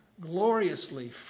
Gloriously